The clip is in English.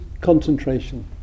concentration